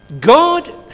God